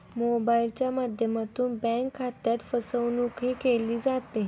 मोबाइलच्या माध्यमातून बँक खात्यात फसवणूकही केली जाते